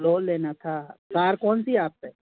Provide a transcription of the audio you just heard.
लो लेना था कार कौन सी है आप पर